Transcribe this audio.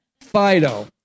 Fido